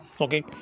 okay